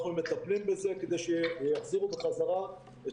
אנחנו מטפלים בזה כדי שיחזירו בחזרה את